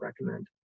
recommend